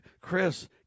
Chris